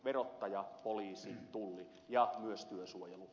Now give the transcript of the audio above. verottajan poliisin tullin ja myös työsuojelun